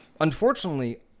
unfortunately